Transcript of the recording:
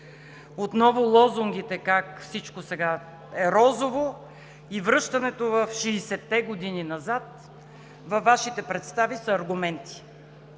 Отново лозунгите как всичко сега е розово и връщането в 60-те години назад във Вашите представи са аргументи!